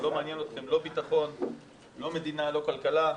לא מעניין אתכם, לא ביטחון, לא מדינה, לא כלכלה.